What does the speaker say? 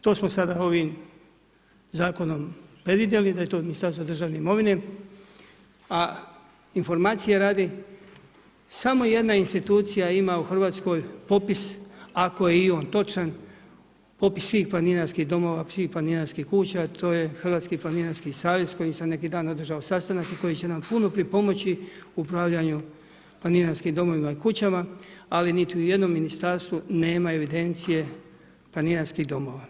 To smo sada ovim zakonom predvidjeli, da je to Ministarstvo državne imovine, a informacije radi, samo jedna institucija ima u Hrvatskoj, popis ako je i on točan, popis svih planinarskih domova, svih planinarskih kuća, to je Hrvatski planinarski savez, koji sam nekim dan održao sastanak i koji će nam puno pripomoći u upravljanju planinarskim domova i kućama, a niti u jednom ministarstvu nema evidencije planinarskih domova.